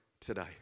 today